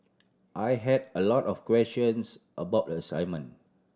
I had a lot of questions about the assignment